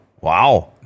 Wow